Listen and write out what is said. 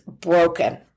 broken